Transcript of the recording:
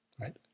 right